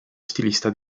stilista